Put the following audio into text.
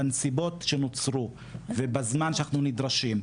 בנסיבות שנוצרו ובזמן שאנחנו נדרשים,